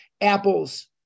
apples